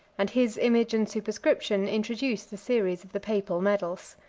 and his image and superscription introduce the series of the papal medals.